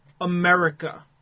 America